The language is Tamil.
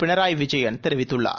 பினராய் விஜயன் தெரிவித்துள்ளார்